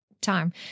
time